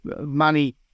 money